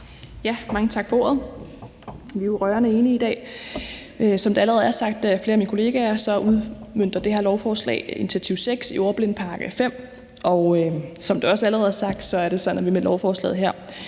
Mange tak for ordet. Vi er jo rørende enige i dag. Som det allerede er blevet sagt af flere af mine kolleger, udmønter dette lovforslag initiativ nr. 6 i »Ordblindepakke V« . Og som det også allerede er blevet sagt, er det sådan, at vi med lovforslaget her